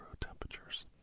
temperatures